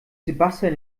sebastian